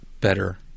better